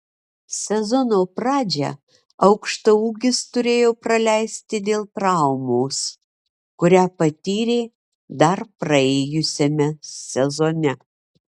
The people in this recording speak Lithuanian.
sezono pradžią aukštaūgis turėjo praleisti dėl traumos kurią patyrė dar praėjusiame sezone